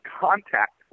contact